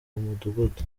mudugudu